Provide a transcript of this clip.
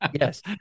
yes